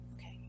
Okay